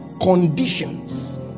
conditions